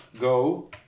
go